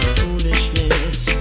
foolishness